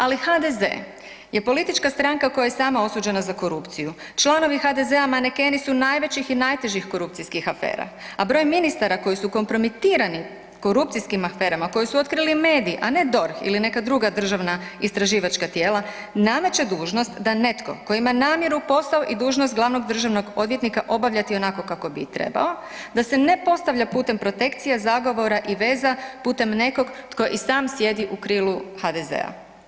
Ali HDZ je politička stranka koja je sama osuđena za korupciju, članovi HDZ-a manekeni su najvećih i najtežih korupcijskih afera, a broj ministara koji su kompromitirani korupcijskim aferama koje su otkrili mediji, a ne DORH ili neka druga državna istraživačka tijela nameće dužnost da netko tko ima namjeru, posao i dužnost glavnog državnog odvjetnika obavljati onako kako bi i trebao, da se ne postavlja putem protekcija, zagovora i veza putem nekog tko i sam sjedi u krilu HDZ-a.